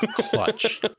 Clutch